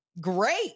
great